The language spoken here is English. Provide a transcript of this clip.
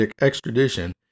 extradition